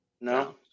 No